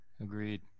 Agreed